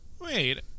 Wait